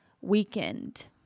weekend